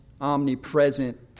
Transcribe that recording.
omnipresent